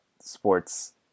sports